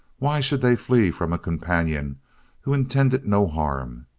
why should they flee from a companion who intended no harm?